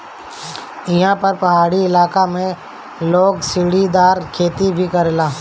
एहा पर पहाड़ी इलाका में लोग सीढ़ीदार खेती भी करेला